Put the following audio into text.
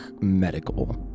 medical